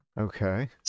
Okay